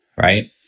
right